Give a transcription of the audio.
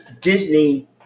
Disney